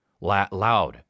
loud